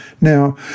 Now